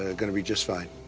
ah gonna be just fine.